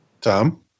Tom